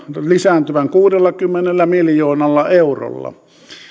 lisääntyvän kuudellakymmenellä miljoonalla eurolla